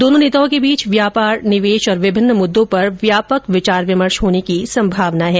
दोनो नेताओं के बीच व्यापार निवेश और विभिन्न मुद्दों पर व्यापक विचार विमर्श होने की संभावना है